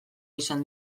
izan